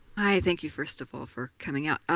i thank you first of all for coming out.